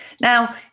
Now